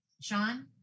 Sean